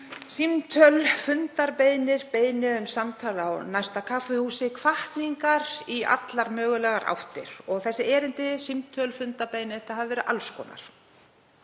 símtöl, fundarbeiðnir, beiðnir um samtal á næsta kaffihúsi og hvatningar í allar mögulegar áttir. Þessi erindi, símtöl og fundarbeiðnir hafa verið alls konar.